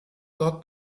dort